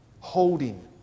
Holding